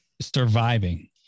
surviving